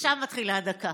עכשיו מתחילה הדקה.